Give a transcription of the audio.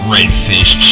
Redfish